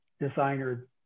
designer